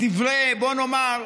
בואו נאמר,